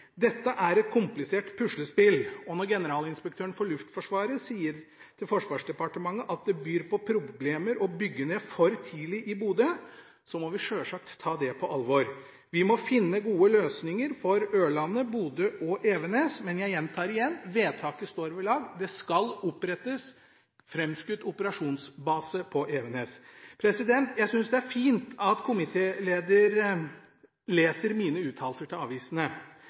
Dette er et komplisert puslespill. Når Generalinspektøren for Luftforsvaret sier til Forsvarsdepartementet at det byr på problemer å bygge ned for tidlig i Bodø, må vi selvsagt ta det på alvor. Vi må finne gode løsninger for Ørlandet, Bodø og Evenes. Men jeg gjentar: Vedtaket står ved lag. Det skal opprettes framskutt operasjonsbase på Evenes. Jeg synes det er fint at komitélederen leser mine uttalelser til avisene,